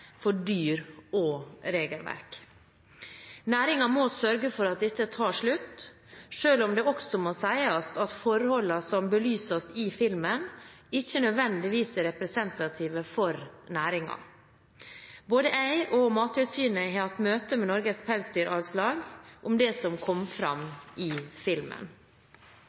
for dyr og regelverk. Næringen må sørge for at dette tar slutt, selv om det også må sies at forholdene som belyses i filmen, ikke nødvendigvis er representative for næringen. Både jeg og Mattilsynet har hatt møte med Norges Pelsdyralslag om det som kom fram i filmen.